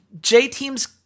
J-teams